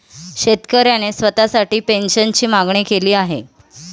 शेतकऱ्याने स्वतःसाठी पेन्शनची मागणी केली आहे